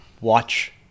watch